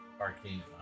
Arcane